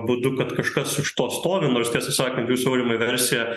būdu kad kažkas už to stovi nors tiesą sakant jūsų aurimai versija